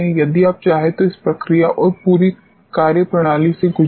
यदि आप चाहें तो इस प्रक्रिया और पूरी कार्यप्रणाली से गुजरें